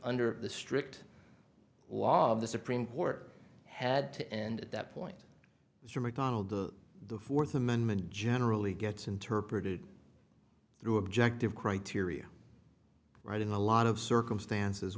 under the strict law of the supreme court had to end at that point it's a macdonald the the fourth amendment generally gets interpreted through objective criteria right in a lot of circumstances